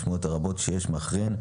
ולמשמעויות הרבות שיש מאחוריהן,